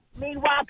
Meanwhile